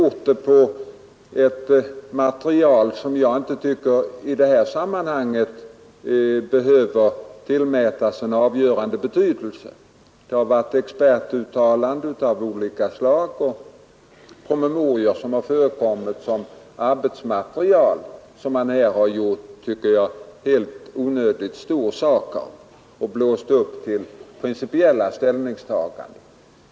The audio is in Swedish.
Det har skett på ett material som jag tycker inte behöver tillmätas avgörande betydelse i detta sammanhang; det är expertuttalanden av olika slag och promemorior, framlagda som arbetsmaterial, som man gjort en onödigt stor sak av och blåst upp till principiella ställningstaganden.